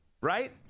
Right